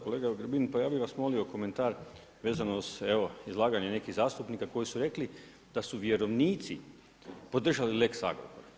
Kolega Grbin pa ja bih vas molio komentar vezano uz izlaganje nekih zastupnika koji su rekli da su vjerovnici podržali lex Agrokor.